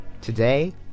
Today